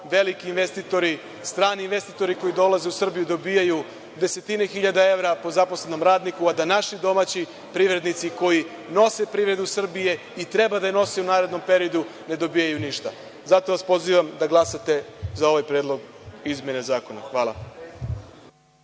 veliki investitori, strani investitori, koji dolaze u Srbiju dobijaju desetine hiljada evra po zaposlenom radniku, a da naši domaći privrednici koji nose privredu Srbije i treba da je nose u narednom periodu, ne dobijaju ništa. Zato vas pozivam da glasate za ovaj predlog izmena zakona. hvala.